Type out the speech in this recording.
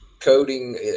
coding